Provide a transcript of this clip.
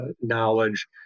knowledge